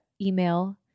email